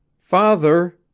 father!